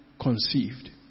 conceived